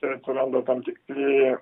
ir atsirado tam tikri